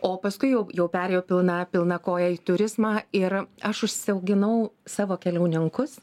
o paskui jau jau perėjau pilna pilna koja į turizmą ir aš užsiauginau savo keliauninkus